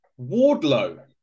Wardlow